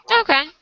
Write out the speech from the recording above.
Okay